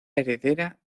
heredera